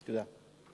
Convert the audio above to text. תודה.